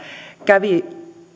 kävi